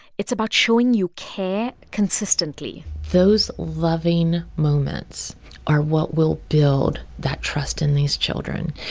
it's about showing you care consistently those loving moments are what will build that trust in these children,